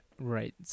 Right